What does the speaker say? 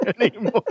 anymore